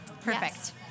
perfect